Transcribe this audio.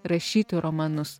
rašyti romanus